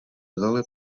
dále